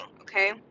okay